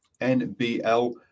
NBL